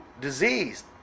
disease